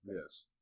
yes